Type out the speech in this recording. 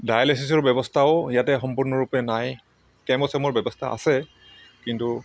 ডাইলেচিচৰ ব্যৱস্থাও ইয়াতে সম্পূৰ্ণৰূপে নাই কেম' চেম'ৰ ব্যৱস্থা আছে কিন্তু